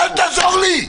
אל תעזור לי.